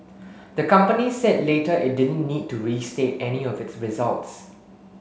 the company said later it didn't need to restate any of its results